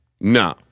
No